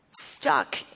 stuck